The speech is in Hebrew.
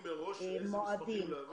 מועדים,